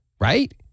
right